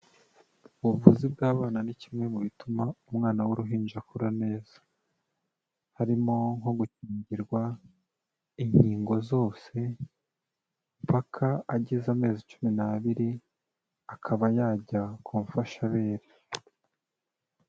Ubuvuzi bw'abana ni kimwe mu bituma umwana w'uruhinja akura neza, harimo nko gukingirwa inkingo zose paka agize amezi cumi n'abiri, akaba yajya ku mfashabere.